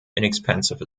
inexpensive